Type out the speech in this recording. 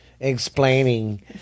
explaining